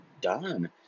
done